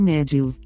Médio